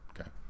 okay